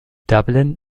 dublin